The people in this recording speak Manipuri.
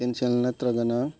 ꯀꯦꯟꯁꯦꯜ ꯅꯠꯇ꯭ꯔꯒꯅ